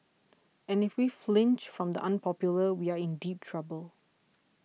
and if we flinch from the unpopular we are in deep trouble